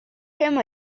him